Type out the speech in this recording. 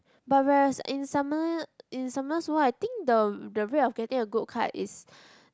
but whereas in summer~ in Summoners War I think the the rate of getting a good card is